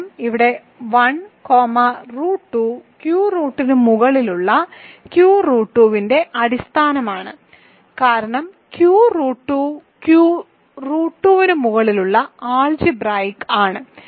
കാരണം ഇവിടെ 1 comma root 2 Q റൂട്ടിന് മുകളിലുള്ള ക്യൂ റൂട്ട് 2 ന്റെ അടിസ്ഥാനമാണ് കാരണം റൂട്ട് 2 ക്യൂ റൂട്ടിന് മുകളിലുള്ള ആൾജിബ്രായിക്ക് ആണ്